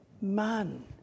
man